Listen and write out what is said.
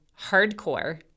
hardcore